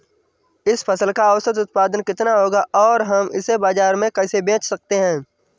इस फसल का औसत उत्पादन कितना होगा और हम इसे बाजार में कैसे बेच सकते हैं?